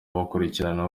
bakurikirana